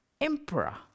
Emperor